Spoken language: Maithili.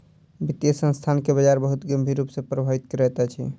वित्तीय संस्थान के बजार बहुत गंभीर रूप सॅ प्रभावित करैत अछि